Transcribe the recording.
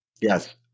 Yes